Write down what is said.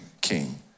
king